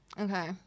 Okay